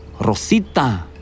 Rosita